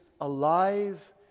alive